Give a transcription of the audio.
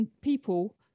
people